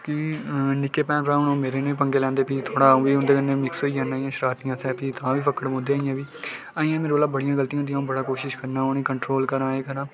ते प्ही निक्के भैन भ्राऽ मेरे कन्नै पंगे लैंदे ते तां बी फक्कड़ पौंदे अजें बी बड़ियां गलतियां होंदी ते कोशिश करना के कंट्रोल करां एह् करां